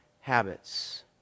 habits